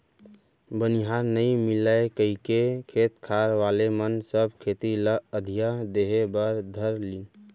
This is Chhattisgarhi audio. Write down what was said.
बनिहार नइ मिलय कइके खेत खार वाले मन सब खेती ल अधिया देहे बर धर लिन